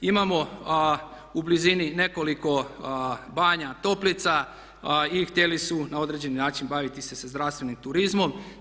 Imamo u blizini nekoliko banja, toplica i htjeli su na određeni način baviti se sa zdravstvenim turizmom.